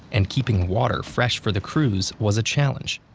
and keeping water fresh for the crews was a challenge.